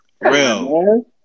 Real